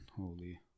Holy